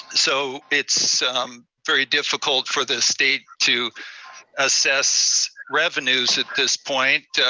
so it's very difficult for the state to assess revenues at this point.